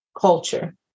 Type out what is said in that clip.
culture